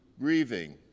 grieving